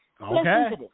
Okay